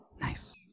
Nice